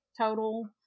total